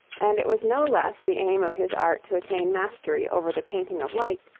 and it was no less the aim of his art to attain mastery over the painting of light,